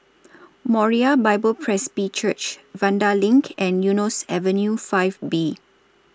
Moriah Bible Presby Church Vanda LINK and Eunos Avenue five B